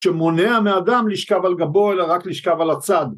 שמונע מאדם לשכב על גבו אלא רק לשכב על הצד